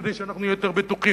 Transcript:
כדי שאנחנו נהיה יותר בטוחים,